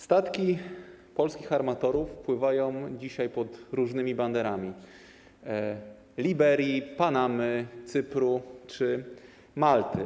Statki polskich armatorów pływają dzisiaj pod różnymi banderami: Liberii, Panamy, Cypru czy Malty.